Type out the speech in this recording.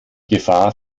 gefahr